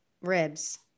ribs